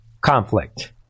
conflict